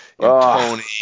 Tony